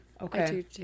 okay